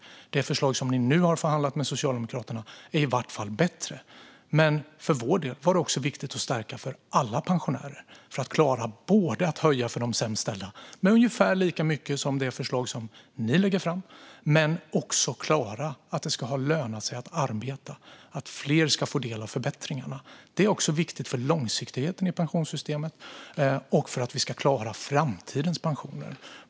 Det förslag som ni nu har förhandlat om med Socialdemokraterna är i varje fall bättre. Men för vår del var det också viktigt att stärka situationen för alla pensionärer och både höja pensionen för de sämst ställda, med ungefär lika mycket som i det förslag som ni lägger fram, och klara målet att det ska löna sig att arbeta och fler ska få del av förbättringarna. Det är också viktigt för långsiktigheten i pensionssystemet och för att vi ska klara framtidens pensioner.